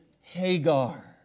Hagar